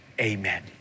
Amen